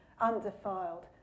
undefiled